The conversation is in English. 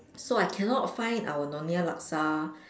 so I cannot find our Nyonya laksa